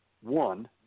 one